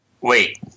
Wait